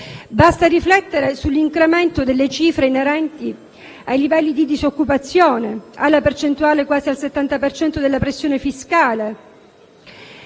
Basta riflettere sull'incremento delle cifre inerenti il livello della disoccupazione e sulla percentuale quasi al 70 della pressione fiscale,